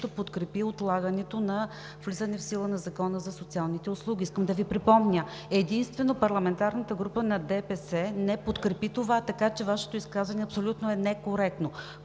също подкрепи отлагане влизането в сила на Закона за социалните услуги. Искам да Ви припомня – единствено парламентарната група на ДПС не подкрепи това, така че Вашето изказване е абсолютно некоректно.